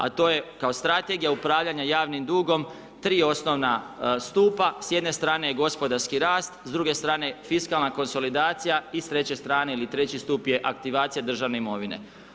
A to je kao strategija upravljanja javnim dugom 3 osnovna stupa, s jedne stran eje gospodarski rast, s druge strane fiskalna konsolidacija i s treće strane ili treći stup je aktivacija državne imovine.